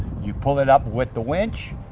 you pull it up with the winch,